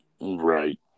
Right